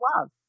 love